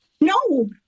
No